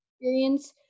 experience